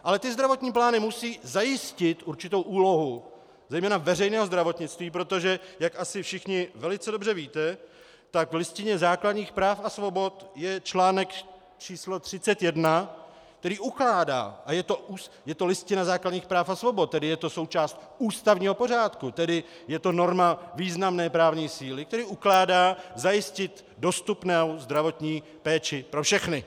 Ale ty zdravotní plány musí zajistit určitou úlohu zejména veřejného zdravotnictví, protože jak asi všichni velice dobře víte, tak v Listině základních práv a svobod je článek číslo 31, který ukládá a je to Listina základních práv a svobod, je to součást ústavního pořádku, tedy je to norma významné právní síly, která ukládá zajistit dostupnou zdravotní péči pro všechny.